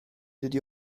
dydy